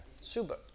super